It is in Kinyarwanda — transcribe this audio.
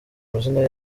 amazina